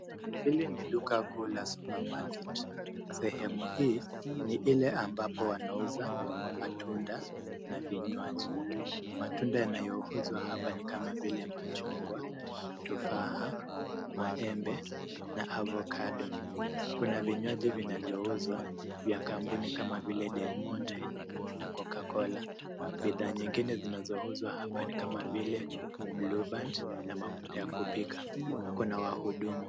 Hili ni duka kuu la supermarket . Sehemu hii ni ile ambapo wanauza matunda na vinywaji. Matunda yanayouzwa hapa ni kama vile: machungwa, tufaha, maembe na avocado . Kuna vinywaji vinavyouzwa vya kampuni kama vile: Del Monte na Coca Cola . Bidhaa nyingine zinazouzwa hapa ni kama vile: blueband na mafuta ya kupika. Kuna wahudumu.